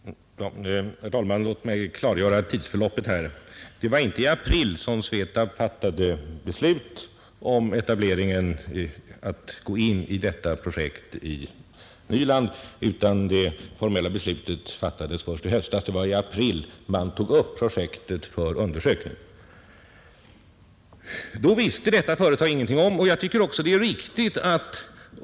Herr talman! Låt mig klargöra tidsförloppet. Det var inte i april som Svetab fattade beslut om att gå in i projektet i Nyland, utan det formella beslutet fattades först i höstas. Det var i april man tog upp projektet för undersökning. Denna undersökning visste Sylvans ingenting om, och det tycker jag var riktigt.